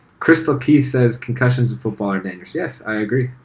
crystal keith says concussions in football are dangerous. yes, i agree.